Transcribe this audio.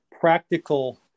practical